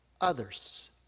others